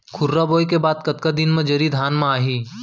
खुर्रा बोए के बाद कतका दिन म जरी धान म आही?